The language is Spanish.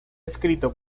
escrito